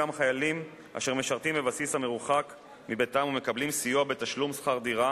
גם חיילים אשר משרתים בבסיס מרוחק מביתם ומקבלים סיוע בתשלום שכר דירה